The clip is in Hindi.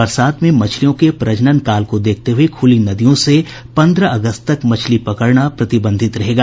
बरसात में मछलियों के प्रजनन काल को देखते हुये खुली नदियों से पंद्रह अगस्त तक मछली पकड़ना प्रतिबंधित रहेगा